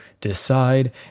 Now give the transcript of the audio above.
decide